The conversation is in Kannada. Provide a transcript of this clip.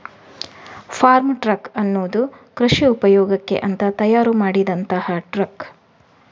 ಫಾರ್ಮ್ ಟ್ರಕ್ ಅನ್ನುದು ಕೃಷಿ ಉಪಯೋಗಕ್ಕೆ ಅಂತ ತಯಾರು ಮಾಡಿದಂತ ಟ್ರಕ್